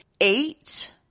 eight